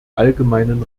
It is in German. allgemeinen